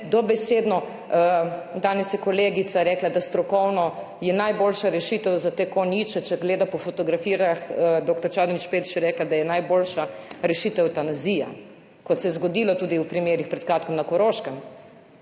dobesedno, danes je kolegica rekla, da strokovno je najboljša rešitev za te konjiče, če gleda po fotografijah, dr. Čadonič Špelič je rekla, da je najboljša rešitev evtanazija, kot se je zgodilo tudi v primerih pred kratkim na Koroškem.